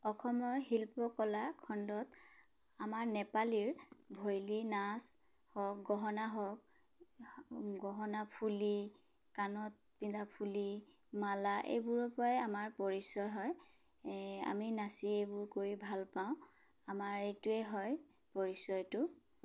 অসমৰ শিল্পকলা খণ্ডত আমাৰ নেপালীৰ ভৈলী নাচ হওক গহনা হওক গহনা ফুলি কাণত পিন্ধা ফুলি মালা এইবোৰৰ পৰাই আমাৰ পৰিচয় হয় এই আমি নাচি এইবোৰ কৰি ভাল পাওঁ আমাৰ এইটোৱেই হয় পৰিচয়টো